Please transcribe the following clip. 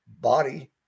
body